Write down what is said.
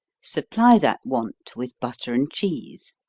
supply that want with butter and cheese.